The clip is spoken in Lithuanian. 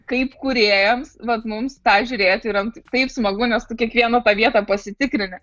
kaip kūrėjams vat mums tą žiūrėti yra taip smagu nes tu kiekvieną tą vietą pasitikrini